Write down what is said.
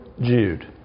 Jude